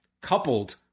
coupled